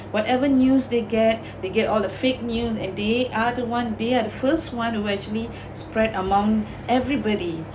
whatever news they get they get all the fake news and they are one they are first one who actually spread among everybody